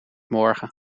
morgen